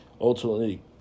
ultimately